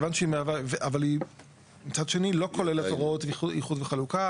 אבל היא מצד שני לא כוללת הוראות איחוד וחלוקה.